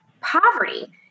poverty